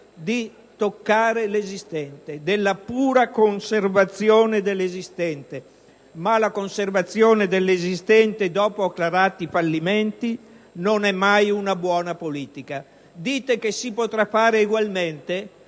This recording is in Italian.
di toccare l'esistente, della pura conservazione dell'esistente, ma la conservazione dell'esistente dopo acclarati fallimenti non è mai una buona politica. Dite che si potrà fare egualmente?